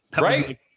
Right